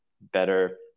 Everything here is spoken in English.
better